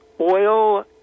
oil